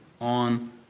on